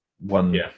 one